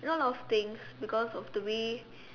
you know a lot of things because of the way